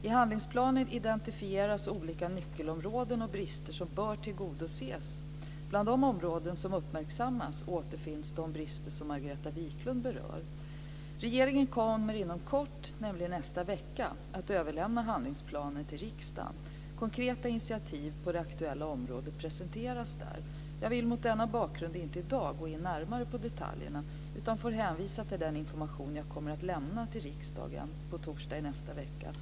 I handlingsplanen identifieras olika nyckelområden och brister som bör tillgodoses. Bland de områden som uppmärksammas i detta sammanhang återfinns de brister som Margareta Viklund berör. Regeringen kommer inom kort - i nästa vecka - att överlämna handlingsplanen till riksdagen. Konkreta initiativ på det aktuella området presenteras där. Jag vill mot denna bakgrund inte i dag gå in närmare på detaljerna utan får hänvisa till den information jag kommer att lämna till riksdagen på torsdag i nästa vecka.